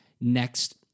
next